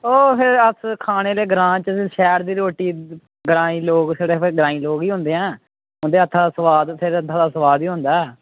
ओह् असें खाने ते ग्रां च शैह्र दी रोटी ग्राईं लोग छड़े फिर ग्राईं लोक गै होंदे ऐ उंदे हत्थ दा सोआद ई होंदा ऐ